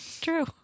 True